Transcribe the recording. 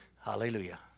Hallelujah